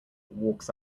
walks